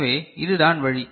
எனவே இதுதான் வழி